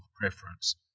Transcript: preference